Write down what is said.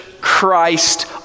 Christ